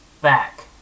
back